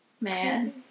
Man